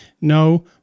No